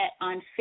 on